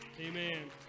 Amen